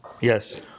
Yes